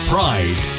Pride